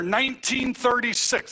1936